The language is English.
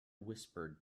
whispered